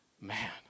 man